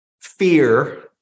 fear